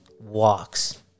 walks